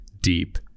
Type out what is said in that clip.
deep